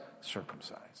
circumcised